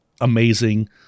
amazing